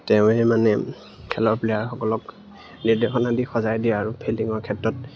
তেওঁৱেই মানে খেলৰ প্লেয়াৰসকলক নিৰ্দেশনাদি সজাই দিয়ে আৰু ফিল্ডিঙৰ ক্ষেত্ৰত